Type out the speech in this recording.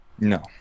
No